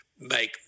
make